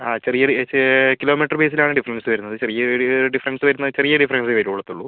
അതെ ചെറിയൊരു കിലോമീറ്റർ ബേസിലാണ് ഡിഫറെൻസ് വരുന്നത് ചെറിയൊരു ഡിഫറെൻസ് വരുന്നത് ചെറിയ ഡിഫറൻസേ വരുത്തുള്ളൂ